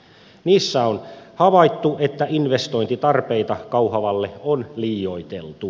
niissä on havaittu että investointitarpeita kauhavalle on liioiteltu